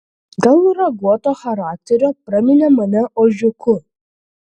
dėl raguoto charakterio praminė mane ožkiuku